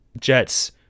Jets